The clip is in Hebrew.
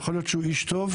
יכול להיות שהוא איש טוב,